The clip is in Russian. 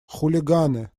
хулиганы